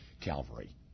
Calvary